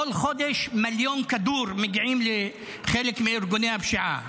בכל חודש מיליון כדורים מגיעים לחלק מארגוני הפשיעה.